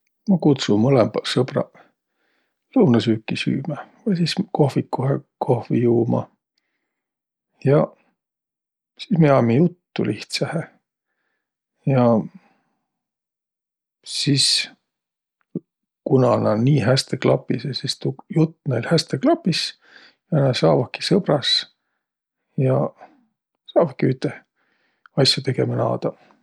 Ma kutsu mõlõmbaq sõbraq lõunõsüüki süümä vai sis kohvikuhe kohvi juuma. Jaq sis mi ajamiq juttu lihtsähe. Ja sis, kuna nä nii häste klapisõq, sis tuu jutt näil häste klapis ja nä saavaki sõbras ja saavaki üteh asjo tegemä naadaq.